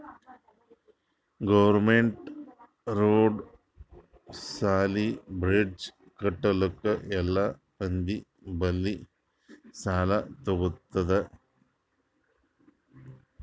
government road, ಸಾಲಿ, bridge ಕಟ್ಟಲುಕ್ ಎಲ್ಲಾ ಮಂದಿ ಬಲ್ಲಿ ಸಾಲಾ ತಗೊತ್ತುದ್